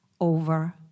over